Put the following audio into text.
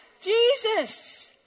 Jesus